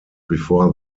before